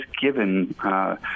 given